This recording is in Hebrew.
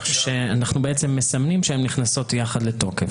אנחנו בעצם מסמנים שהן נכנסות יחד לתוקף